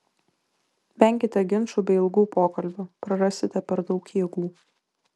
venkite ginčų bei ilgų pokalbių prarasite per daug jėgų